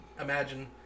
imagine